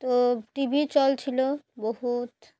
তো টি ভির চল ছিল বহুত